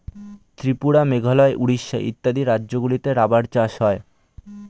ত্রিপুরা, মেঘালয়, উড়িষ্যা ইত্যাদি রাজ্যগুলিতে রাবার চাষ হয়